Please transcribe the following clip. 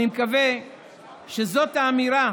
אני מקווה שזאת האמירה